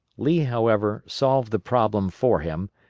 lee, however, solved the problem for him,